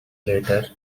later